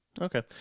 okay